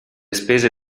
spese